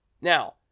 Now